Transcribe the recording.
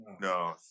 no